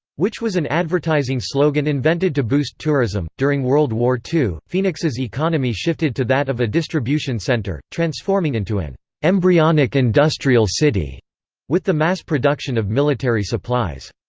which was an advertising slogan invented to boost tourism during world war ii, phoenix's economy shifted to that of a distribution center, transforming into an embryonic industrial city with the mass production of military supplies.